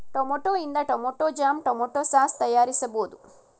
tomato ಇಂದ tomato jam, tomato sauce ತಯಾರಿಸಬೋದು